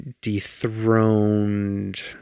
dethroned